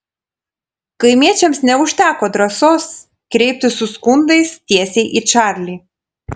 kaimiečiams neužteko drąsos kreiptis su skundais tiesiai į čarlį